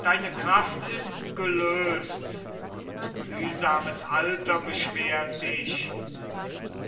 deine kraft ist gelöst und mühsames alter beschwert dich